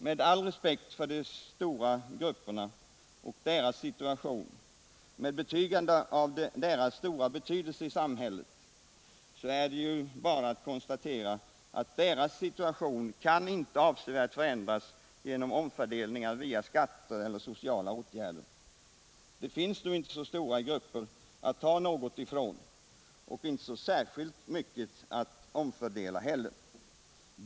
Med all respekt för de stora grupperna och deras situation, och med betygande av deras stora betydelse i samhället, så är det bara att konstatera att deras situation inte kan avsevärt förändras genom omfördelningar via skatter eller sociala åtgärder. Det finns inte så stora grupper att ta något ifrån och inte heller så särskilt mycket att omfördela.